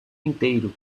inteiro